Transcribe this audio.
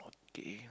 okay